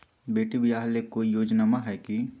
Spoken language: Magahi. बेटी ब्याह ले कोई योजनमा हय की?